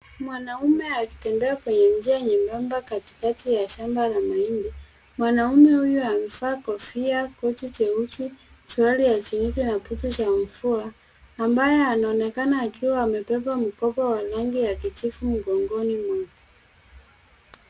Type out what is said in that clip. Mwanaume akitembea kwenye njia nyembamba katikati ya shamba la mahindi. Mwanaume huyu amevaa kofia, koti jeusi ,suruali ya jeans na boots za mvua ambaye anaonekana akiwa amebeba mkoba wa rangi ya kijivu mgogoni mwake.